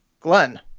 Glenn